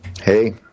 Hey